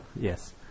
Yes